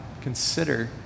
Consider